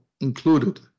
included